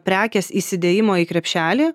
prekės įsidėjimo į krepšelį